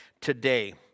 today